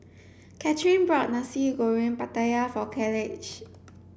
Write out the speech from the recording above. Cathrine bought nasi goreng pattaya for Kaleigh